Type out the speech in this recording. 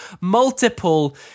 multiple